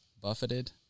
buffeted